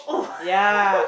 yeah